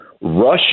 Russia